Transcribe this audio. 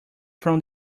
from